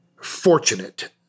fortunate